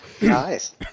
Nice